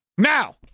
Now